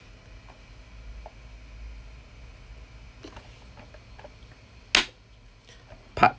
part